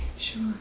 Sure